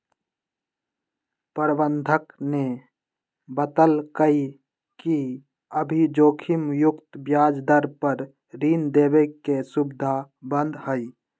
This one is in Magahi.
प्रबंधक ने बतल कई कि अभी जोखिम मुक्त ब्याज दर पर ऋण देवे के सुविधा बंद हई